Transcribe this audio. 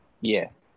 Yes